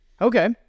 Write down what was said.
Okay